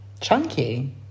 chunky